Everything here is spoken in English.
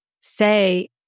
say